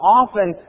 often